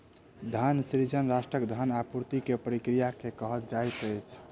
धन सृजन राष्ट्रक धन आपूर्ति के प्रक्रिया के कहल जाइत अछि